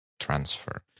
Transfer